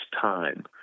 time